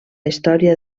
història